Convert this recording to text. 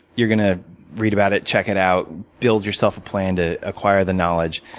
you're going to read about it, check it out, build yourself a plan to acquire the knowledge,